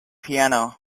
piano